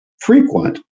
frequent